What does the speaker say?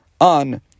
on